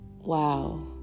wow